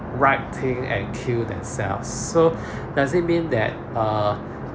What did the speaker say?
writing and kill themselves so does it mean that err